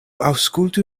aŭskultu